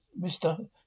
Mr